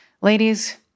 Ladies